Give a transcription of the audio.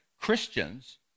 Christians